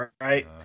right